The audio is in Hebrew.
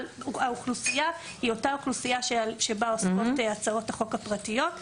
אבל האוכלוסייה היא אותה אוכלוסייה שבה עוסקות הצעות החוק הפרטיות.